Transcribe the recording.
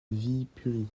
viipuri